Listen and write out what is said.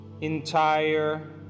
entire